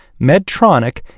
Medtronic